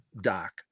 doc